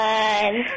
one